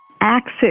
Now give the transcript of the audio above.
Access